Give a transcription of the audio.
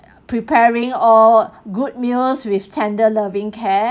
preparing all good meals with tender loving care